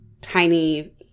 tiny